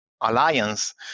alliance